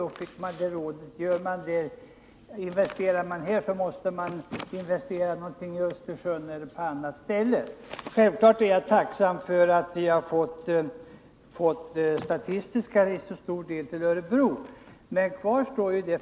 Då fick man rådet att investerade man här så måste man investera någonting också i Östersund eller på annat ställe. Självklart är jag tacksam för att vi har fått statistiska centralbyrån till Örebro.